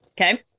Okay